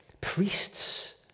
priests